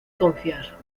confiar